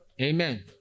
Amen